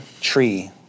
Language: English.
tree